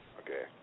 okay